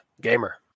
Gamer